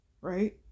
right